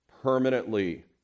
permanently